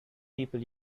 people